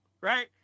right